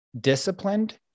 disciplined